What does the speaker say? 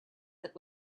that